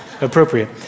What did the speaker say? Appropriate